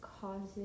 causes